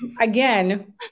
Again